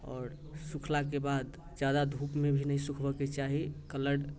आओर सुखलाके बाद ज्यादा धूपमे भी नहि सुखबयके चाही कलर